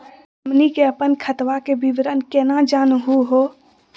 हमनी के अपन खतवा के विवरण केना जानहु हो?